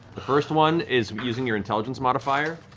the first one is using your intelligence modifier.